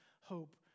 hope